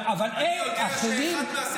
אבל אחרים,